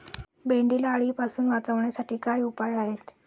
भेंडीला अळीपासून वाचवण्यासाठी काय उपाय आहे?